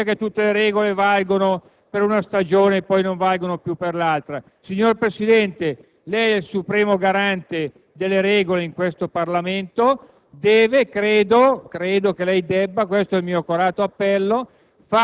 Quando c'eravamo noi, voi lo pretendevate; non fate, per cortesia, che tutte le regole valgono per una stagione e poi non valgono più per l'altra. Signor Presidente, lei è supremo garante delle regole in questo ramo